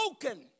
broken